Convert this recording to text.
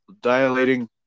dilating